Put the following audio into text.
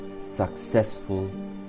successful